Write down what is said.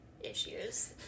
issues